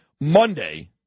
Monday